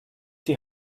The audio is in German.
die